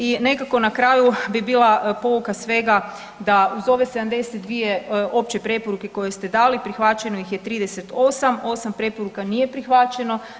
I nekako na kraju bi bila pouka svega da uz ove 72 opće preporuke koje ste dali prihvaćeno ih je 38. 8 preporuka nije prihvaćeno.